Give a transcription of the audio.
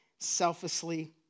selflessly